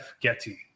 Getty